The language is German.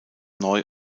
neu